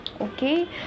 Okay